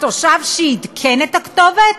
התושב שעדכן את הכתובת,